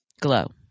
glow